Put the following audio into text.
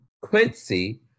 Quincy